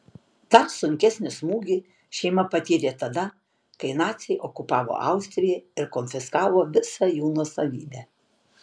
dar sunkesnį smūgį šeima patyrė tada kai naciai okupavo austriją ir konfiskavo visą jų nuosavybę